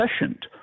efficient